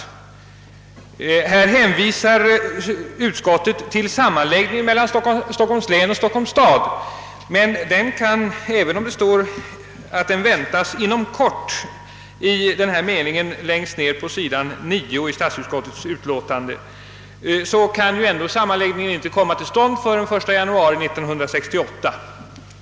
Utskottet hänvisar till sammanläggningen mellan Stockholms län och Stockholms stad, men även om utskottet längst ned på s. 9 i utlåtandet skriver att den sammanläggningen kan väntas »inom kort», kan den ändå inte komma till stånd förrän den 1 januari 1968.